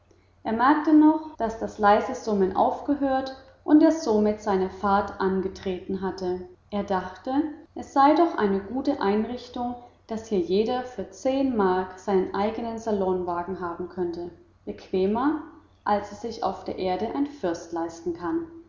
er merkte noch daß das leise summen aufgehört und er somit seine fahrt angetreten hatte er dachte es sei doch eine gute einrichtung daß hier jeder für zehn mark seinen eigenen salonwagen haben könne bequemer als es sich auf der erde ein fürst leisten kann